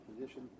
position